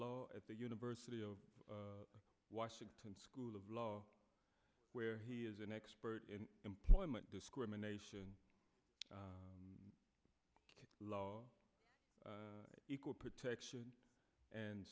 law at the university of washington school of law where he is an expert in employment discrimination law equal protection and